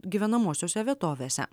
gyvenamosiose vietovėse